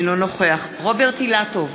אינו נוכח רוברט אילטוב,